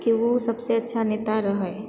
कि ओ सबसँ अच्छा नेता रहै